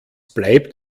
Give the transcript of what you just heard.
bleibt